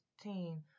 team